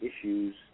issues